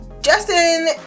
Justin